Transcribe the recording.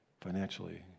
financially